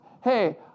Hey